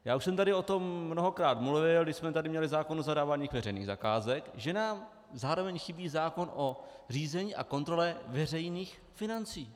Já už jsem tady o tom mnohokrát mluvil, když jsme tady měli zákon o zadávání veřejných zakázek, že nám zároveň chybí zákon o řízení a kontrole veřejných financí.